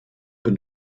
been